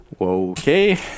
Okay